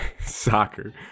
Soccer